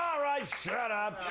right, shut up!